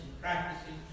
practicing